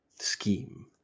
scheme